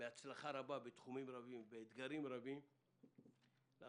בהצלחה רבה בתחומים ובאתגרים רבים - לעשות